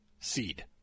seed